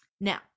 Now